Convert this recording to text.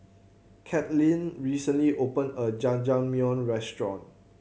Cathleen recently opened a Jajangmyeon Restaurant